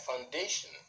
Foundation